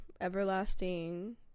everlasting